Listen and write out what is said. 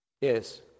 Yes